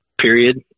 period